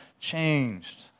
changed